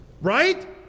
RIGHT